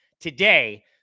Today